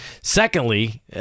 secondly